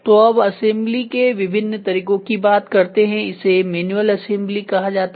तो अब असेंबली के विभिन्न तरीकों की बात करते हैं इसे मैन्युअल असेंबली कहा जाता है